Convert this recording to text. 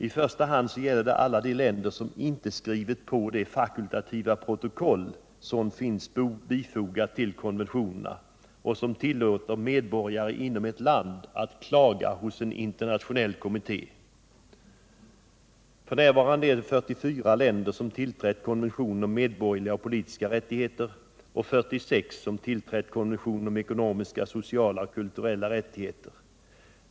I första hand gäller det alla de länder som inte har skrivit på det fakultativa protokoll som finns fogat till konventionerna och som tillåter medborgare inom ett land att klaga hos en internationell kommitté. F. n. har 44 länder tillträtt konventionen om medborgerliga och politiska rättigheter, medan 46 har tillträtt konventionen om ekonomiska, sociala och kulturella rättigheter.